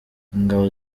ingabo